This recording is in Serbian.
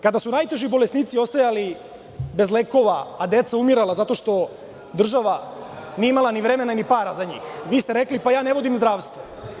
Kada su najteži bolesnici ostajali bez lekova, a deca umirala zato što država nije imala ni vremena, ni para za njih, vi ste rekli – pa, ja ne vodim zdravstvo.